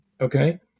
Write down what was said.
Okay